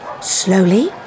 slowly